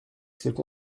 qu’elles